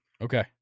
Okay